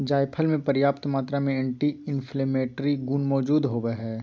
जायफल मे प्रयाप्त मात्रा में एंटी इंफ्लेमेट्री गुण मौजूद होवई हई